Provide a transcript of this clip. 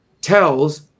tells